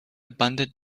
abundant